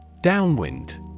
Downwind